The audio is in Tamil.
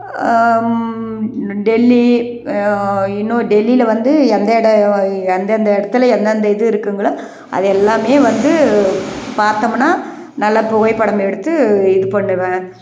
டெல்லி இன்னும் டெல்லியில் வந்து எந்த எடம் எந்தந்த இடத்துல எந்தந்த இது இருக்குங்குளோ அது எல்லாமே வந்து பார்த்தம்னா நல்லா புகைப்படம் எடுத்து இது பண்ணுவேன்